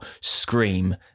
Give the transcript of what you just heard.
Scream